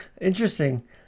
Interesting